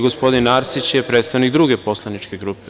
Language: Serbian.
Gospodin Arsić je predstavnik druge poslaničke grupe.